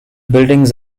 buildings